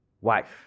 wife